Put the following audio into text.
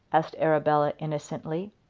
asked arabella, innocently.